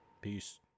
peace